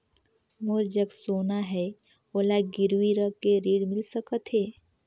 मोर जग सोना है ओला गिरवी रख के ऋण मिल सकथे?